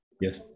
Yes